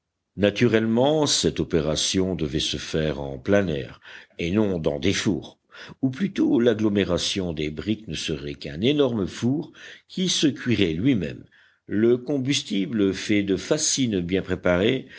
naturellement cette opération devait se faire en plein air et non dans des fours ou plutôt l'agglomération des briques ne serait qu'un énorme four qui se cuirait lui-même le combustible fait de fascines bien préparées